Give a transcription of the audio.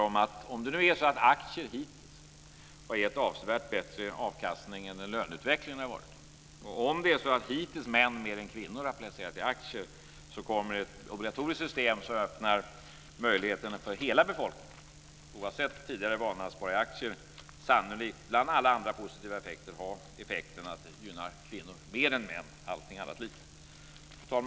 Om aktier hittills har gett avsevärt bättre avkastning än löneutvecklingen, och om män hittills har placerat mer i aktier än kvinnor, öppnar ett obligatoriskt system den möjligheten för hela befolkningen, oavsett tidigare vanor att spara i aktier. Bland alla andra positiva effekter kommer detta sannolikt att gynna kvinnor mer än män, allting annat lika. Fru talman!